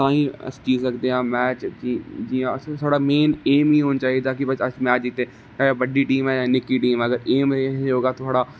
तां ही अस जित्ती सकदे हां मैच जियां असें गी साढ़ा मेन ऐम एह् होना चाहिदा कि अस मैच जितचे चाहे बड़ी टीम ऐ जां बड़ी टीम ऐ एम इयै होना चाहिदा थुआढ़ा